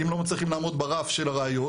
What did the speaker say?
אם לא מצליחים לעמוד ברף של הראיות,